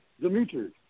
Demetrius